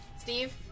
Steve